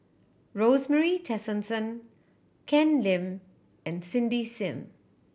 Rosemary Tessensohn Ken Lim and Cindy Sim